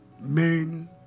Men